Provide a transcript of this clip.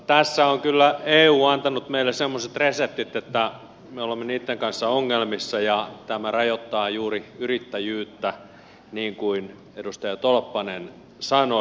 tässä on kyllä eu antanut meille semmoiset reseptit että me olemme niitten kanssa ongelmissa ja tämä rajoittaa juuri yrittäjyyttä niin kuin edustaja tolppanen sanoi